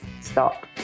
stop